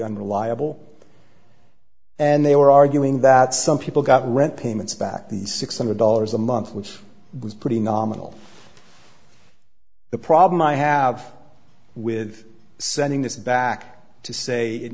unreliable and they were arguing that some people got rent payments back the six hundred dollars a month which was pretty nominal the problem i have with sending this back to say it